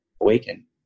awaken